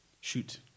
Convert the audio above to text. Shoot